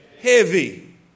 Heavy